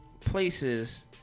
places